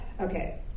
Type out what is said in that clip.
okay